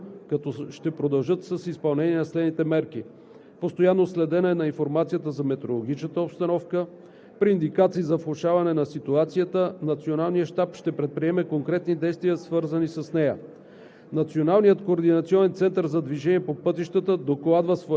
Всички екипи от Единната спасителна система работят координирано, като ще продължат с изпълнение на следните мерки: постоянно следене на информацията за метеорологичната обстановка, при индикации за влошаване на ситуацията Националният щаб ще предприеме конкретни действия, свързани с нея.